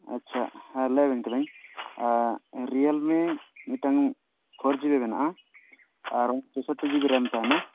ᱟᱪᱪᱷᱟ ᱦᱮᱸ ᱞᱟᱹᱭ ᱟᱵᱮᱱ ᱠᱟᱱᱟᱞᱤᱧ ᱨᱤᱭᱮᱞᱢᱤ ᱢᱤᱫᱴᱮᱱ ᱯᱷᱳᱨ ᱡᱤᱵᱤ ᱢᱮᱱᱟᱜᱼᱟ ᱟᱨ ᱪᱚᱥᱚᱴᱤ ᱡᱤᱵᱤ ᱨᱮᱢ ᱛᱟᱦᱮᱱᱟ